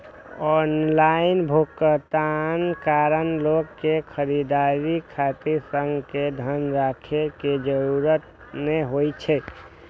online भुगतानक कारण लोक कें खरीदारी खातिर संग मे धन राखै के जरूरत नै होइ छै